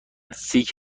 سیک